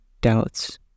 doubts